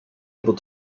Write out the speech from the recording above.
able